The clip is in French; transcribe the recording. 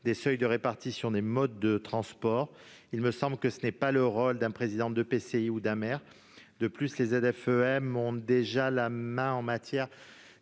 des seuils de répartition des modes de transport. Il me semble que ce n'est pas le rôle d'un président d'EPCI ou d'un maire. De plus, les ZFE-m ont déjà la main en matière